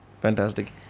Fantastic